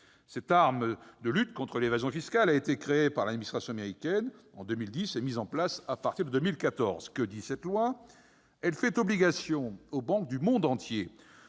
Cette arme de lutte contre l'évasion fiscale a été créée par l'administration américaine en 2010 et mise en place à partir de 2014. Que dit cette loi ? Elle fait obligation aux banques du monde entier